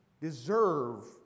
deserve